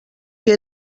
que